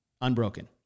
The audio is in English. Unbroken